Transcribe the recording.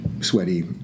sweaty